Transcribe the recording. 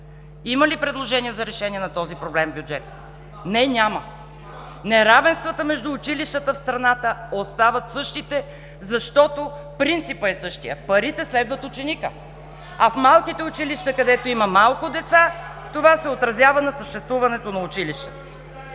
Има ли предложения за решение на този проблем в бюджета? (Реплики от ГЕРБ: Има.) Не, няма! Неравенствата между училищата в страната остават същите, защото принципът е същият – парите следват ученика, а в малките училища, където има малко деца, това се отразява на съществуването на училището.